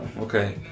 Okay